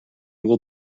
will